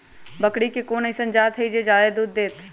बकरी के कोन अइसन जात हई जे जादे दूध दे?